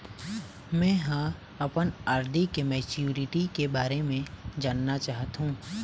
में ह अपन आर.डी के मैच्युरिटी के बारे में जानना चाहथों